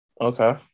Okay